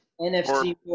NFC